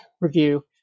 review